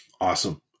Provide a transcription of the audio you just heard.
Awesome